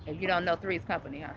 you don't know three's company. yeah